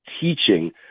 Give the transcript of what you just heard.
teaching